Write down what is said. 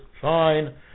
fine